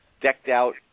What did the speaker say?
decked-out